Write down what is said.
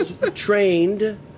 trained